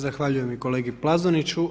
Zahvaljujem i kolegi Plazoniću.